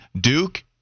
Duke